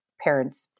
parents